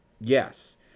yes